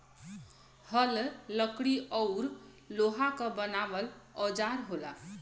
हल लकड़ी औरु लोहा क बनावल औजार होला